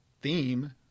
theme